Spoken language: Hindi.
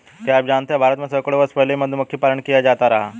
क्या आप जानते है भारत में सैकड़ों वर्ष पहले से मधुमक्खी पालन किया जाता रहा है?